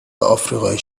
آفریقای